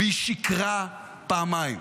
והיא שיקרה פעמיים.